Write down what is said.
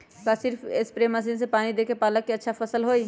का सिर्फ spray machine से पानी देके पालक के अच्छा फसल होई?